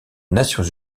nations